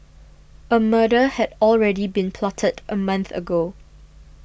a murder had already been plotted a month ago